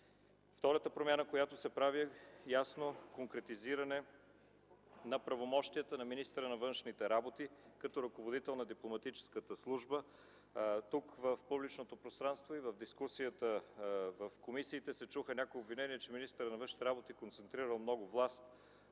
Втората промяна, която се прави, е ясно конкретизиране на правомощията на министъра на външните работи като ръководител на дипломатическата служба. В публичното пространство и в дискусиите в комисиите се чуха някои обвинения, че министърът на външните работи концентрирал много власт